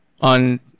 on